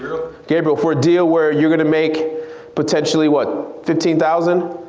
gabriel, for a deal where you're gonna make potentially what, fifteen thousand?